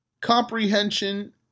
comprehension